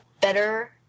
better